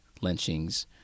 lynchings